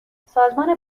سازمان